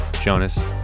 Jonas